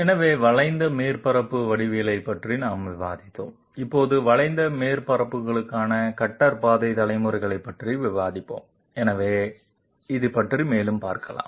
எனவே வளைந்த மேற்பரப்பு வடிவவியலைப் பற்றி நாம் விவாதித்தோம் இப்போது வளைந்த மேற்பரப்புகளுக்கான கட்டர் பாதை தலைமுறையைப் பற்றி விவாதிப்போம் எனவே இந்த பற்றி மேலும் பார்ப்போம்